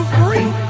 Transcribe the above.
free